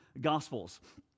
Gospels